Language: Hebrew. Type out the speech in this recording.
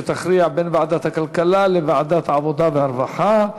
שתכריע בין ועדת הכלכלה לוועדת העבודה והרווחה.